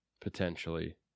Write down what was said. potentially